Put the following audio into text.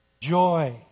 joy